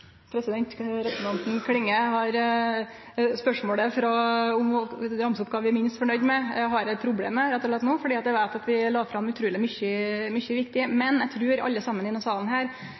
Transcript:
Spørsmålet om å ramse opp kva vi er minst fornøgde med, har eg rett og slett problem med no, fordi eg veit at vi la fram utruleg mykje viktig. Men eg trur alle i denne salen